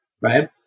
right